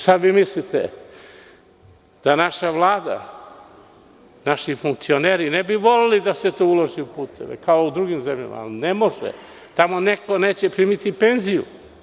Šta vi mislite da naša Vlada, da naši funkcioneri ne bi voleli da se tu uloži u puteve kao u drugi zemljama, ali ne može jer tamo neko neće primiti penziju.